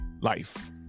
life